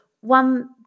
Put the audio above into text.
one